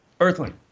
Earthling